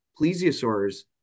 Plesiosaurs